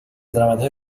درآمدهای